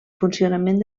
funcionament